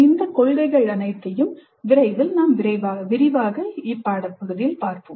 ' இந்த கொள்கைகள் அனைத்தையும் விரைவில் விரிவாக பார்ப்போம்